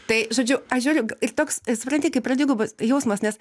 tai žodžiu aš žiūriu ir toks supranti kaip yra dvigubas jausmas nes